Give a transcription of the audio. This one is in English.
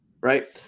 right